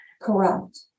Correct